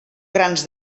grans